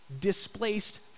displaced